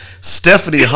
Stephanie